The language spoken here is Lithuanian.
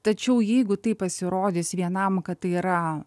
tačiau jeigu tai pasirodys vienam kad tai yra